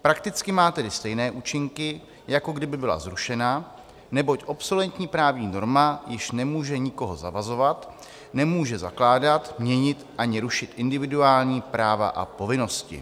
Prakticky má tedy stejné účinky, jako kdyby byla zrušena, neboť obsoletní právní norma již nemůže nikoho zavazovat, nemůže zakládat, měnit ani rušit individuální práva a povinnosti.